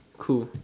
cool